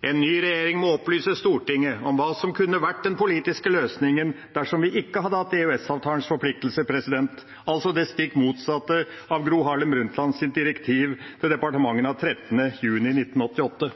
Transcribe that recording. En ny regjering må opplyse Stortinget om hva som kunne vært den politiske løsningen dersom vi ikke hadde hatt EØS-avtalens forpliktelse, altså det stikk motsatte av Gro Harlem Brundtlands direktiv til departementene av 13. juni 1988.